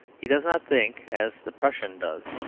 he does not think, as the prussian does,